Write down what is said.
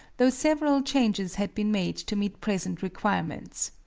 though several changes had been made to meet present requirements.